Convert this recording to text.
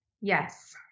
Yes